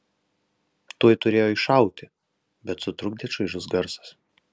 tuoj turėjo iššauti bet sutrukdė čaižus garsas